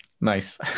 nice